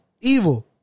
evil